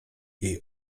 jej